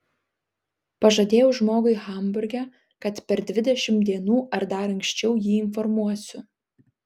pažadėjau žmogui hamburge kad per dvidešimt dienų ar dar anksčiau jį informuosiu